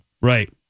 right